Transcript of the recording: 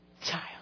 child